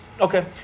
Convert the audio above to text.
Okay